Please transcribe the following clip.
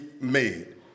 made